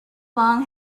long